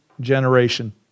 generation